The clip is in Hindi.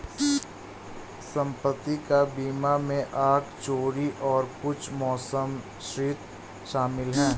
संपत्ति का बीमा में आग, चोरी और कुछ मौसम क्षति शामिल है